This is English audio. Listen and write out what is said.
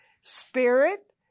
spirit